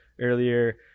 earlier